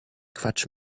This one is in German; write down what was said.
quatsch